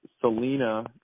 Selena